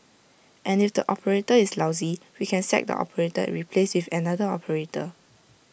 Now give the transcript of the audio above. and if the operator is lousy we can sack the operator and replace with another operator